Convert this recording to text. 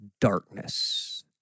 darkness